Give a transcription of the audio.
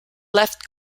left